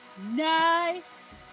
Nice